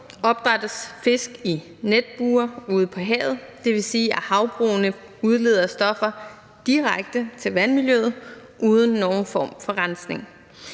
opdrættes fisk i netbure ude på havet, og hvor der udledes stoffer direkte til vandmiljøet uden nogen form for rensning.